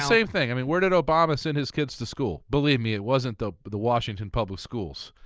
same thing, i mean where did obama send his kids to school? believe me, it wasn't the but the washington public schools.